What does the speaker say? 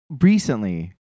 recently